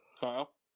Kyle